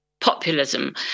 populism